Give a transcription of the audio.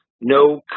no